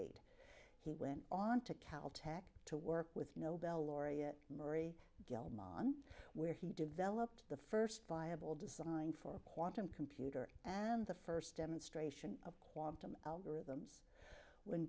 eight he went on to cal tech to work with nobel laureate marie gilman where he developed the first viable design for a quantum computer and the first demonstration of quantum algorithms when